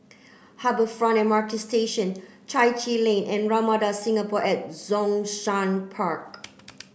Harbour Front M R T Station Chai Chee Lane and Ramada Singapore at Zhongshan Park